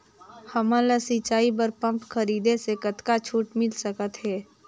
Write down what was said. हमन ला सिंचाई बर पंप खरीदे से कतका छूट मिल सकत हे?